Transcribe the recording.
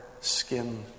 skin